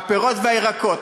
פירות וירקות,